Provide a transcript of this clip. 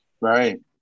Right